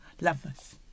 lovers